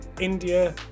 India